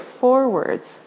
forwards